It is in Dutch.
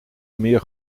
meer